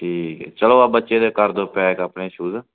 ਠੀਕ ਚਲੋ ਆ ਬੱਚੇ ਦੇ ਕਰ ਦਿਉ ਪੈਕ ਆਪਣੇ ਸ਼ੂਜ